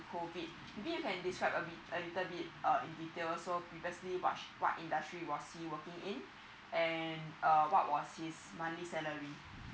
COVID maybe you can describe a a little bit uh in details so previously what what industry was he working in and err what was his monthly salary